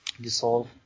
dissolve